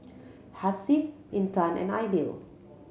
Hasif Intan and Aidil